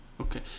okay